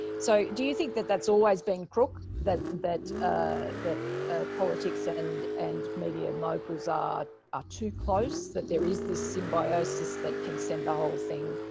so do you think that that's always been crook, that that ah ah politics and and media moguls are are too close? that there is this symbiosis that can send the whole thing,